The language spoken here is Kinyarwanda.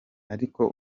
ariko